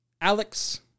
Alex